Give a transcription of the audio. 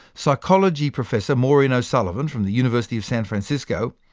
psychology professor maureen o'sullivan from the university of san francisco,